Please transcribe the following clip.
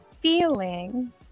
feeling